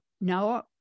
No